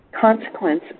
consequence